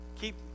Keep